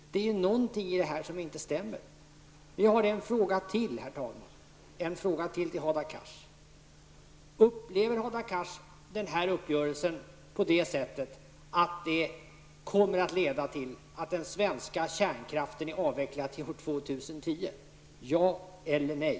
Det är någonting i det här som inte stämmer. Jag har en fråga till, herr talman, till Hadar Cars. Upplever Hadar Cars att den här uppgörelsen kommer att leda till att den svenska kärnkraften är avvecklad till år 2010? Ja eller nej?